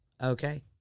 Okay